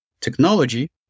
Technology